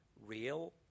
real